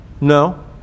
No